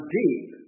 deep